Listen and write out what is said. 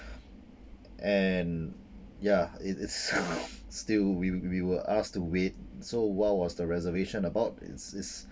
and ya it it's still we we were asked to wait so what was the reservation about it's it's